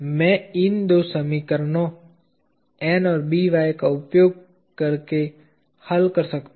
मैं इन दो समीकरणों N और By का उपयोग करके हल कर सकता हूं